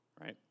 Right